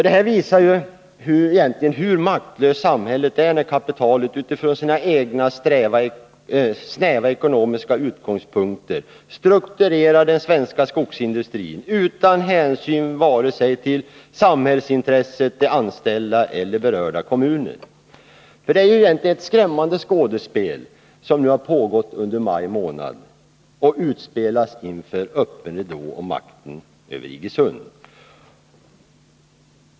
Det visar hur maktlöst samhället egentligen är när kapitalet utifrån sina egna snäva ekonomiska utgångspunkter strukturerar den svenska skogsindustrin utan hänsyn till vare sig samhället, de anställda eller berörda kommuner. Det är egentligen ett skrämmande skådespel som har pågått under maj månad och utspelats inför öppen ridå om makten över Iggesund.